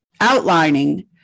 outlining